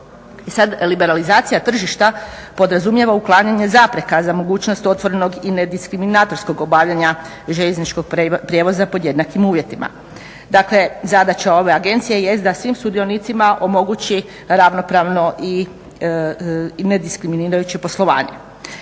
Sad liberalizacija tržišta podrazumijeva uklanjanje zapreka za mogućnost otvorenog i nediskriminatorskog obavljanja željezničkog prijevoza pod jednakim uvjetima. Dakle, zadaća ove agencije jest da svim sudionicima omogući ravnopravno i nediskriminirajuće poslovanje.